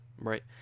Right